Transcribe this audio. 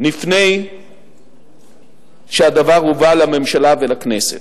לפני שהדבר הובא לממשלה ולכנסת.